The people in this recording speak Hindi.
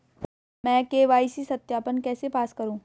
मैं के.वाई.सी सत्यापन कैसे पास करूँ?